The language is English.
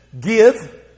give